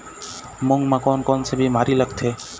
मूंग म कोन कोन से बीमारी लगथे?